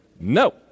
No